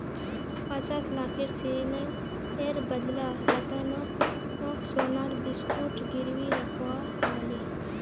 पचास लाखेर ऋनेर बदला रतनक सोनार बिस्कुट गिरवी रखवा ह ले